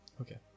Okay